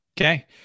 Okay